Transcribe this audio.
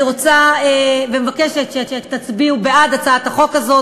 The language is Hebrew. אני רוצה ומבקשת שתצביעו בעד הצעת החוק הזאת.